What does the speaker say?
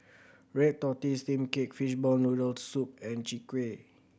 red tortoise steamed cake fishball noodle soup and Chwee Kueh